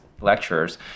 lecturers